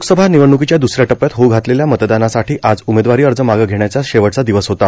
लोकसभा निवडणुकीच्या दुसऱ्या टप्प्यात होऊ घातलेल्या मतदानासाठी आज उमेदवारी अर्ज मागं घेण्याचा शेवटचा दिवस होता